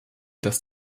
dass